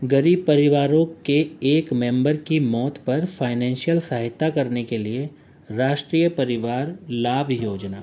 غریب پریواروں کے ایک ممبر کی موت پر فائنینشیل سہایتا کرنے کے لیے راشٹری پریوار لابھ یوجنا